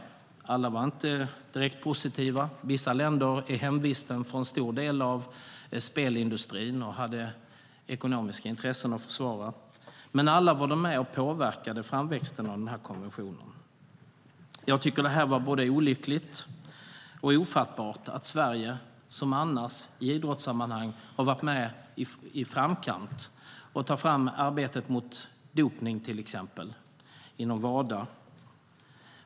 Alla var inte direkt positiva. Vissa länder är hemvist för en stor del av spelindustrin och hade ekonomiska intressen att försvara. Men de var alla med och påverkade framväxten av konventionen. Jag tycker att det var ett både olyckligt och ofattbart agerande från Sverige, som annars i idrottssammanhang har varit med i framkant, till exempel i arbetet mot dopning inom WADA.